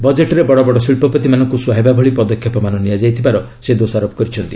ବଜେଟ୍ରେ ବଡ଼ବଡ଼ ଶିଳ୍ପପତିମାନଙ୍କୁ ସୁହାଇବା ଭଳି ପଦକ୍ଷେପମାନ ନିଆଯାଇଥିବାର ସେ ଦୋଷାରୋପ କରିଛନ୍ତି